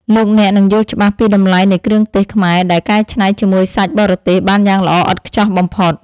លោកអ្នកនឹងយល់ច្បាស់ពីតម្លៃនៃគ្រឿងទេសខ្មែរដែលកែច្នៃជាមួយសាច់បរទេសបានយ៉ាងល្អឥតខ្ចោះបំផុត។